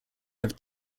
have